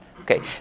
Okay